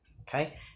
okay